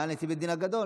מעל נשיא בית הדין הגדול.